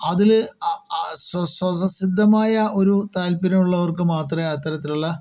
അതില് സൊ സ്വതസിദ്ധമായ ഒരു താല്പര്യമുള്ളവർക്ക് മാത്രേ അത്തരത്തിലുള്ള